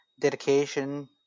dedication